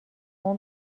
اون